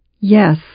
Yes